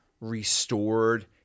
restored